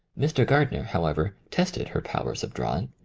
mr. gardner, however, tested her powers of drawing,